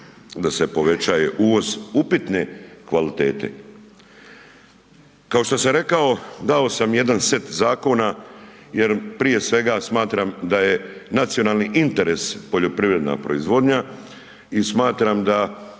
da se povećaje uvoz upitne kvalitete. Kao što sam rekao, dao sam jedan set Zakona jer prije svega smatram da je nacionalni interes poljoprivredna proizvodnja, i smatram da